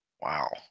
Wow